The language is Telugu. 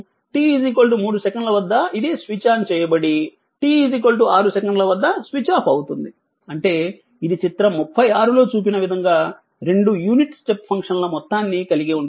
t 3 సెకన్ల వద్ద ఇది స్విచ్ ఆన్ చేయబడి t 6 సెకన్ల వద్ద స్విచ్ ఆఫ్ అవుతుంది అంటే ఇది చిత్రం 36 లో చూపిన విధంగా రెండు యూనిట్ స్టెప్ ఫంక్షన్ల మొత్తాన్ని కలిగి ఉంటుంది